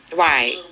right